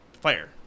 fire